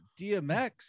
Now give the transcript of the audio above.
DMX